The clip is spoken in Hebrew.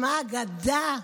שמע, אגדה.